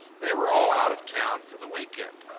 they were all out of town for the weekend.